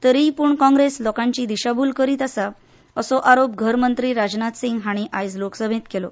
तरी पूण काँग्रेस लोकांची दिशाभूल करता असो आरोप घर मंत्री राजनाथ सिंग हांणी आयज लोकसभेंत केलो